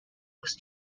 was